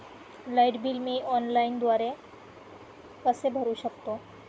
Light bill मी ऑनलाईनद्वारे कसे भरु शकतो?